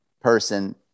person